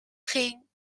ging